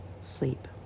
sleep